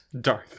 Darth